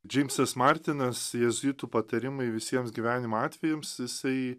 džeimsas martinas jėzuitų patarimai visiems gyvenimo atvejams jisai